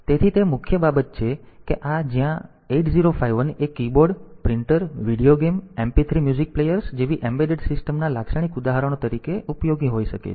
તેથી તે મુખ્ય બાબત છે કે જ્યાં આ 8051 એ keyboard printer video game player MP3 music players જેવી એમ્બેડેડ સિસ્ટમ ના લાક્ષણિક ઉદાહરણો તરીકે તે ઉપયોગી હોઈ શકે છે